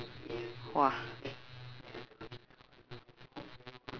!wah!